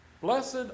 Blessed